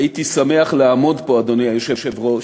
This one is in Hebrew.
הייתי שמח לעמוד פה, אדוני היושב-ראש,